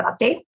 update